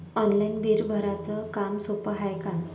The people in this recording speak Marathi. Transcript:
ऑनलाईन बिल भराच काम सोपं हाय का?